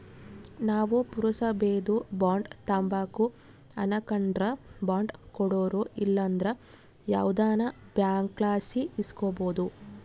ನಾವು ಪುರಸಬೇದು ಬಾಂಡ್ ತಾಂಬಕು ಅನಕಂಡ್ರ ಬಾಂಡ್ ಕೊಡೋರು ಇಲ್ಲಂದ್ರ ಯಾವ್ದನ ಬ್ಯಾಂಕ್ಲಾಸಿ ಇಸ್ಕಬೋದು